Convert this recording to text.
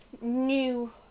new